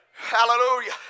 hallelujah